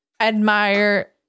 admire